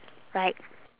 right